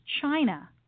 China